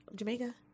jamaica